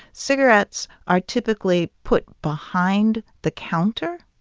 cigarettes are typically put behind the counter,